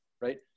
right